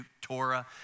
Torah